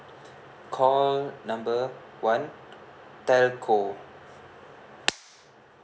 call number one telco